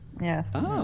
yes